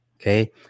okay